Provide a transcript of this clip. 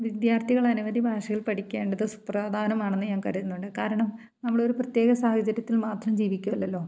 വിദ്യാർത്ഥികൾ അനവധി ഭാഷകൾ പഠിക്കേണ്ടത് സുപ്രധാനമാണെന്ന് ഞാൻ കരുതുന്നുണ്ട് കാരണം നമ്മൾ ഒരു പ്രത്യേക സാഹചര്യത്തിൽ മാത്രം ജീവിക്കുകയല്ലല്ലോ